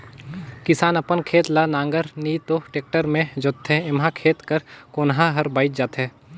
किसान अपन खेत ल नांगर नी तो टेक्टर मे जोतथे एम्हा खेत कर कोनहा हर बाएच जाथे